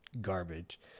garbage